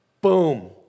Boom